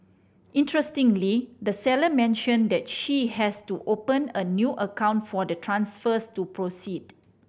interestingly the seller mentioned that she has to open a new account for the transfers to proceed